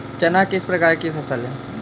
चना किस प्रकार की फसल है?